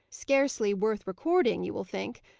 scarcely worth recording, you will think.